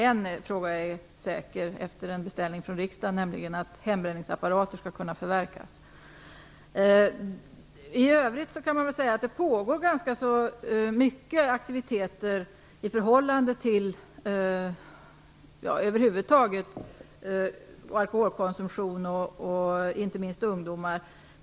En sak är säker, nämligen att hembränningsapparater skall kunna förverkas, efter en beställning från riksdagen. I övrigt kan man säga att det pågår ganska många aktiviteter när det gäller alkoholkonsumtion över huvud taget och inte minst när det gäller ungdomar.